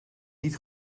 niet